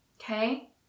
okay